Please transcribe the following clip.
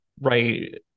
right